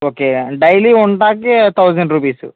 okay daily ఉంటాకి thousand rupees